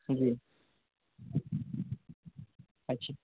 جی اچھا